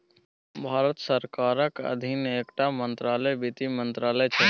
भारत सरकारक अधीन एकटा मंत्रालय बित्त मंत्रालय छै